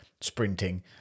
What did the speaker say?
sprinting